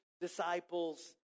disciples